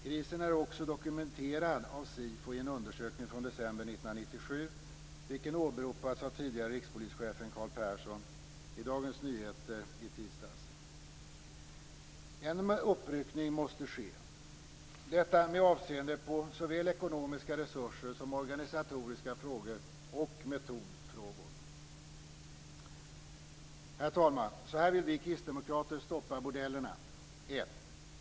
Krisen är också dokumenterad av SIFO i en undersökning från december 1997, vilken åberopats av tidigare rikspolischefen Carl Persson i Dagens Nyheter i tisdags. En uppryckning måste ske, detta med avseende på såväl ekonomiska resurser som organisatoriska frågor och metodfrågor. Herr talman! Så här vill vi kristdemokrater stoppa bordellerna: 1.